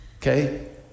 Okay